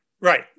right